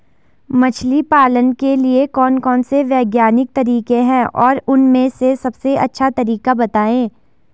मछली पालन के लिए कौन कौन से वैज्ञानिक तरीके हैं और उन में से सबसे अच्छा तरीका बतायें?